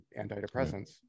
antidepressants